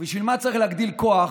ובשביל מה צריך להגדיל כוח